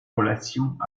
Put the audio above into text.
relations